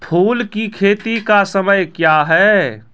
फुल की खेती का समय क्या हैं?